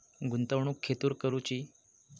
गुंतवणुक खेतुर करूची?